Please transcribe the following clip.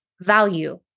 value